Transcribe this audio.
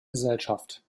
gesellschaft